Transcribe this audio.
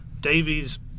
Davies